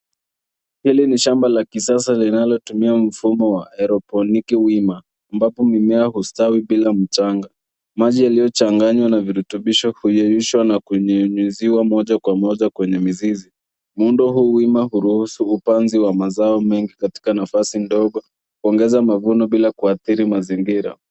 Hili ni shamba la kisasa linalotumia mfumo wa aeroponic wima, ambapo mimea hustawi bila mchanga. Maji yaliyochanganywa na virutubisho huyeyushwa na kunyunyuziwa moja kwa moja kwenye mizizi. Muundo huu wima huruhusu upanzi wa mazao mengi katika nafasi ndogo kuongeza mavuno bila kuadhiri mazingira.